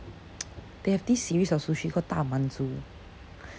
they have this series of sushi called 大满足